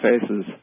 faces